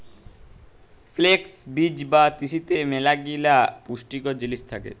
flakes বীজ বা তিসিতে ম্যালাগিলা পুষ্টিকর জিলিস থ্যাকে